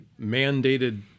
mandated